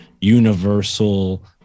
universal